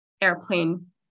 airplane